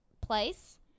place